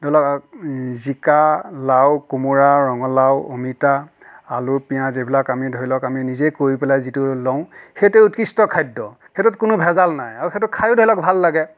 ধৰি লওক জিকা লাও কোমোৰা ৰঙালাও অমিতা আলু পিয়াঁজ এইবিলাক আমি ধৰি লওক আমি নিজে কৰি পেলাই যিটো লওঁ সেইটোৱে উৎকৃষ্ট খাদ্য সেইটোত কোনো ভেজাল নাই আৰু সেইটো খায়ো ধৰি লওক ভাল লাগে